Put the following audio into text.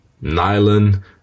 nylon